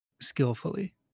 skillfully